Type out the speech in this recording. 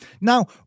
Now